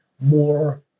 more